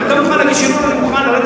אם אתה מוכן להגיש ערעור אני מוכן לרדת